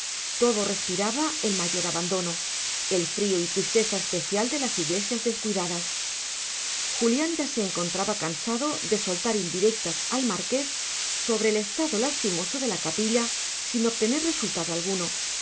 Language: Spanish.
todo respiraba el mayor abandono el frío y tristeza especial de las iglesias descuidadas julián ya se encontraba cansado de soltar indirectas al marqués sobre el estado lastimoso de la capilla sin obtener resultado alguno